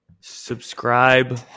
Subscribe